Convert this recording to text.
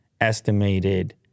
estimated